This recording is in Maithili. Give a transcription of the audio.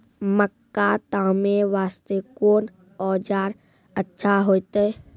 मक्का तामे वास्ते कोंन औजार अच्छा होइतै?